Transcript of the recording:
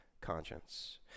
conscience